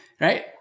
right